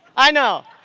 i know.